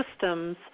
systems